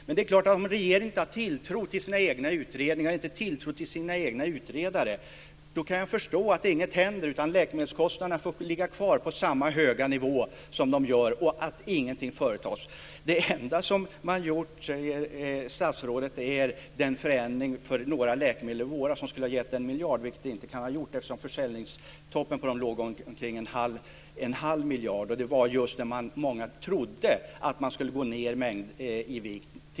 Men det är klart: Om regeringen inte har tilltro till sina egna utredningar och inte har tilltro till sina egna utredare kan jag förstå att inget händer, utan läkemedelskostnaderna får ligga kvar på samma höga nivå som de gör utan att någonting företas. Det enda man gjort, säger statsrådet, är förändringen för några läkemedel i våras som skulle ha givit en miljard, vilket det inte kan ha gjort eftersom försäljningstoppen på dem låg omkring en halv miljard, och det var just när många trodde att man skulle gå ned i vikt.